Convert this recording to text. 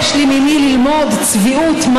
מי מהשרים קופץ ללוויות של נשים שנרצחו?